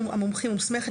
ועדת המומחים מוסמכת,